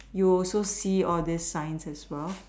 you will also see all these signs as well